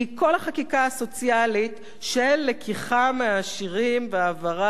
הסוציאלית של לקיחה מהעשירים והעברה לעניים,